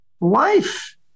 Life